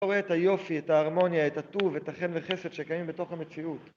אני לא רואה את היופי, את ההרמוניה, את הטוב, את החן וחסד שקיימים בתוך המציאות